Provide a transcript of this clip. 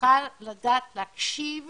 צריכים לדעת להקשיב